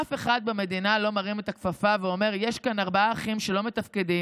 אף אחד במדינה לא מרים את הכפפה ואומר: יש כאן ארבעה אחים שלא מתפקדים,